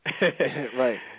Right